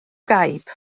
gaib